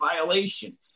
violation